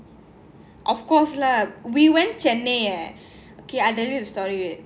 of course lah we went chennai eh okay I tell you the story